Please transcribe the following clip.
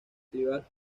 tribal